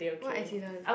what accident